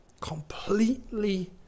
Completely